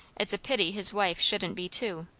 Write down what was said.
it's a pity his wife shouldn't be too.